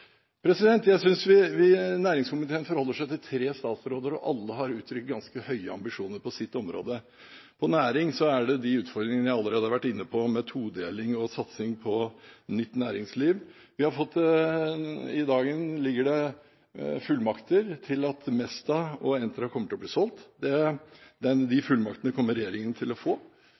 utfordringene jeg allerede har vært inne på, med todeling og satsing på nytt næringsliv. I dagen ligger det fullmakter til at Mesta og Entra kommer til å bli solgt – de fullmaktene kommer regjeringen til å få.